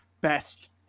best